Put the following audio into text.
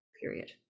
period